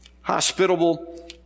Hospitable